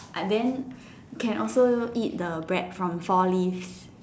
I then can also eat the bread from four leaves